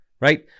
Right